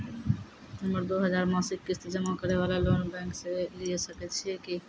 हम्मय दो हजार मासिक किस्त जमा करे वाला लोन बैंक से लिये सकय छियै की?